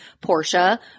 Portia